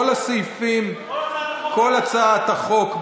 הסעיפים, כל הצעת החוק.